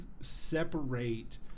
separate